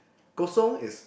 kosong is